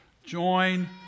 Join